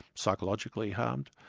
psychologically harmed,